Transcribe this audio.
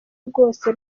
rwose